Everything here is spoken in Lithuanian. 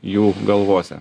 jų galvose